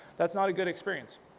that's not a good experience.